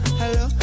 hello